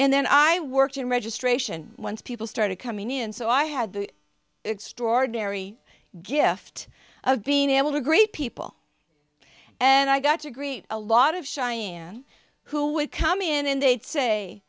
and then i worked in registration once people started coming in so i had the extraordinary gift of being able to greet people and i got to greet a lot of cheyanne who would come in and they'd say